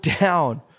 down